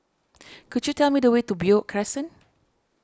could you tell me the way to Beo Crescent